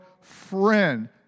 friend